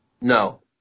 No